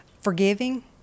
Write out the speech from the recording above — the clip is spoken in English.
forgiving